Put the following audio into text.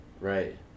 Right